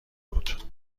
بود